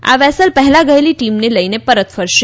આ વેસલ પહેલા ગયેલી ટીમને લઇને પરત ફરશે